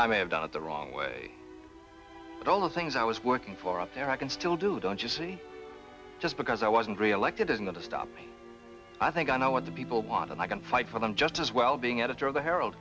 i may have done it the wrong way but all of things i was working for up there i can still do don't just see just because i wasn't reelected is going to stop i think i know what the people want and i can fight for them just as well being editor of the herald